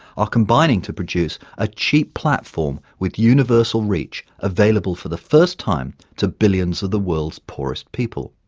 are combining to produce a cheap platform with universal reach available for the first time to billions of the world's poorest people.